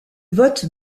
vote